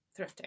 thrifting